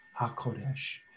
HaKodesh